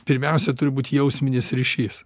pirmiausia turi būt jausminis ryšys